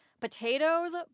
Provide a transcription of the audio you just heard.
Potatoes